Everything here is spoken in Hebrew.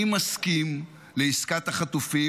אני מסכים לעסקת החטופים,